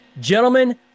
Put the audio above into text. gentlemen